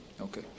Okay